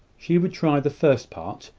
she would try the first part,